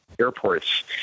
airports